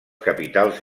capitals